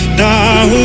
now